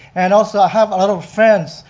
and also, i have a lot of friends,